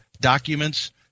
documents